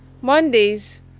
Mondays